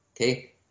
okay